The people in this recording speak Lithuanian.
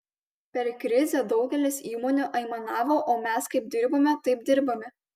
per krizę daugelis įmonių aimanavo o mes kaip dirbome taip dirbame